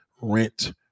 rent